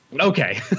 Okay